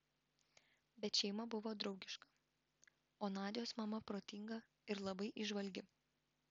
bet šeima buvo draugiška o nadios mama protinga ir labai įžvalgi